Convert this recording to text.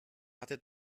hatte